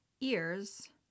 ears